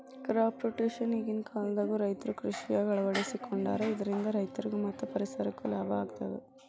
crop rotation ಈಗಿನ ಕಾಲದಾಗು ರೈತರು ಕೃಷಿಯಾಗ ಅಳವಡಿಸಿಕೊಂಡಾರ ಇದರಿಂದ ರೈತರಿಗೂ ಮತ್ತ ಪರಿಸರಕ್ಕೂ ಲಾಭ ಆಗತದ